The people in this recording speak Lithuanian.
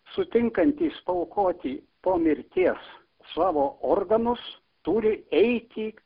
sutinkantis aukoti po mirties savo organus turi eiti